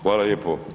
Hvala lijepo.